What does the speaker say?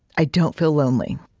i don't feel lonely